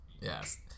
Yes